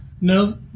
No